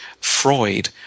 Freud